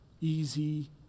easy